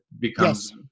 becomes